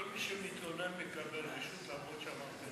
כל מי שמתלונן מקבל רשות,